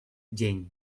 dzień